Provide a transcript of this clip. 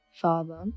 father